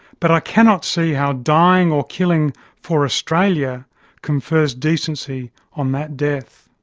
but i cannot see how dying or killing for australia confers decency on that death.